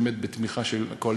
באמת בתמיכה של הקואליציה,